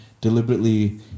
deliberately